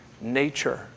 nature